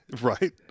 Right